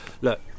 look